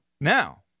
Now